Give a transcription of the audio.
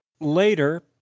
Later